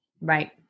Right